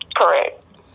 Correct